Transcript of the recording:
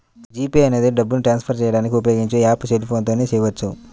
G Pay అనేది డబ్బుని transfer చేయడానికి ఉపయోగించే యాప్పు సెల్ ఫోన్ తో చేయవచ్చు